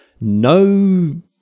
No